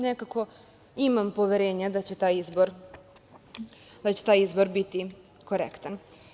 Nekako, imam poverenja da će taj izbor biti korektan.